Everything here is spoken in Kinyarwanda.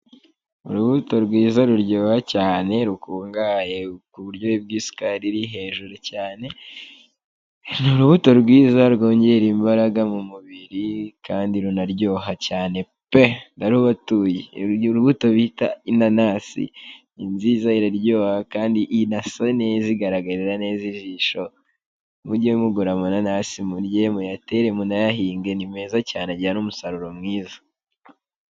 Urubuto rwiza ruryoha cyane rukungahaye ku buryo bw'isukari iri hejuru cyane, ni urubuto rwiza rwongera imbaraga mu mubiri kandi runaryoha cyane pe, ndarubatuye, urubuto bita inanasi ni nziza iraryoha kandi inasa neza, igaragarira neza ijisho, mujye mugura amananasi murye, muyatere, munayahinge, ni meza cyane agira n'umusaruro mwiza.